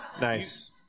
Nice